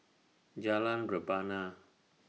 Jalan Rebana